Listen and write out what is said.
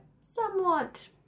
somewhat